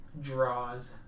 draws